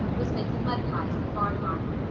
was making mud pies in the barnyard.